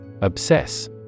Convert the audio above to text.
Obsess